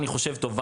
אני חושב,